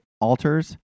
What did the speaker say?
alters